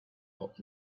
hop